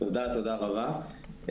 תודה רבה.